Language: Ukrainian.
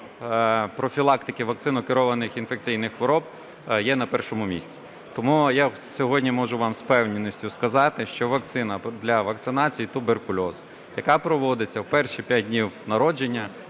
профілактики вакцинокерованих інфекційних хвороб є на першому місці. Тому я сьогодні можу вам з впевненістю сказати, що вакцина для вакцинації туберкульозу, яка проводиться в перші п'ять днів народження,